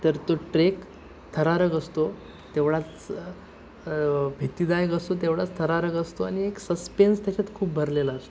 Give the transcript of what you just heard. तर तो ट्रेक थरारक असतो तेवढाच भीतीदायक असतो तेवढाच थरारक असतो आणि एक सस्पेन्स त्याच्यात खूप भरलेला असतो